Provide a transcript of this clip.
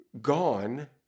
gone